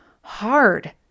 hard